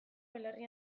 belarri